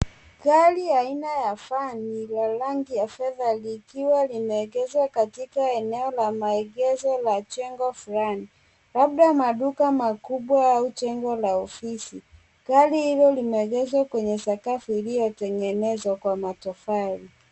Gari aina ya van ya rangi ya fedha likiwa limeegeshwa katika eneo la maegesho la jengo fulani. Labda maduka makubwa au jengo la ofisi. Gari hilo limeegeshwa kwenye sakafu iliyotengenezwa kwa matofali.